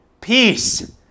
Peace